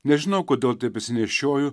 nežinau kodėl tebesinešioju